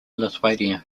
lithuania